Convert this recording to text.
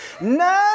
none